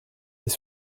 les